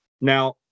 Now